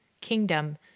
kingdom